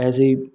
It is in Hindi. ऐसे ही